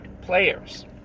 players